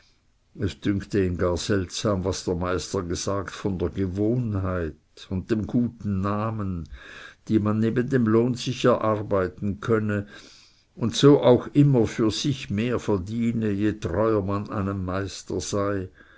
es dünkte ihn gar seltsam was der meister gesagt von der gewohnheit und dem guten namen die man neben dem lohn sich erarbeiten könne und so auch immer mehr für sich verdiene je treuer man einem meister sei